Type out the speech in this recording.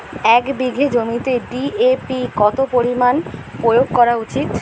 এক বিঘে জমিতে ডি.এ.পি কত পরিমাণ প্রয়োগ করা উচিৎ?